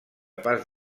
pas